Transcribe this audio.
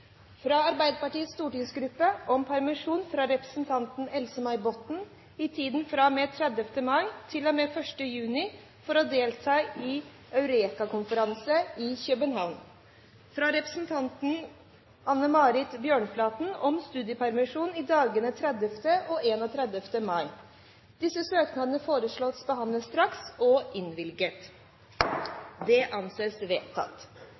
fra Arbeiderpartiets stortingsgruppe om permisjon for representanten Else-May Botten i tiden fra og med 30. mai til og med 1. juni for å delta i EUREKA-konferansen i København fra representanten Anne Marit Bjørnflaten om studiepermisjon i dagene 30. og 31. mai Disse søknadene foreslås behandlet straks og innvilget. – Det anses vedtatt.